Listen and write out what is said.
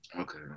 Okay